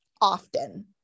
often